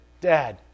Dad